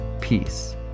peace